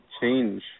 change